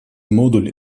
модуль